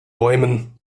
bäumen